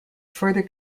further